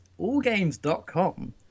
allgames.com